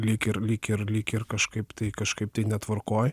lyg ir lyg ir lyg ir kažkaip tai kažkaip netvarkoj